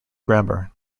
grammar